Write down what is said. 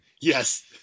Yes